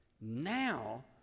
Now